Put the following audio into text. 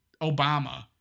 Obama